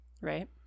Right